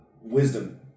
Wisdom